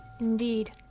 Indeed